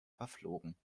verflogen